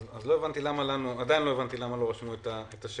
אז עדין לא הבנתי למה לנו לא רשמו את השם.